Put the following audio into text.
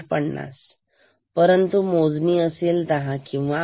50 परंतु मोजणी असेल दहा किंवा अकरा